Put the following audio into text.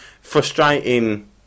frustrating